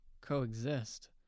coexist